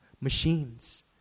machines